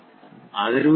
அதிர்வெண் ஆனது 0